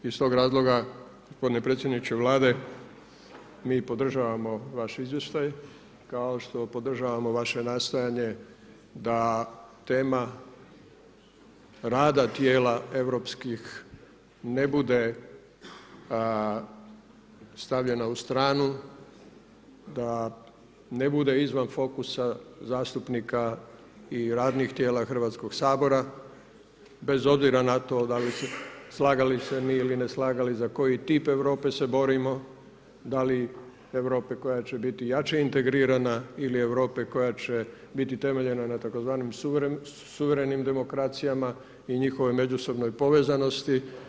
Iz tog razloga, gospodine predsjedniče Vlade mi podržavamo vaš izvještaj, kao što podržavamo vaše nastojanje da tema rada tijela europskih ne bude stavljena u stranu, da ne bude izvan fokusa zastupnika i radnih tijela Hrvatskog sabora, bez obzira na to slagali se mi ili ne slagali za koji tip Europe se borimo, da li Europe koja će biti jače integrirana ili Europe koja će biti temeljena na tzv. suverenim demokracijama i njihovoj međusobnoj povezanosti.